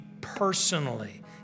personally